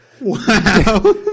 Wow